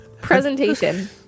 Presentation